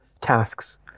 tasks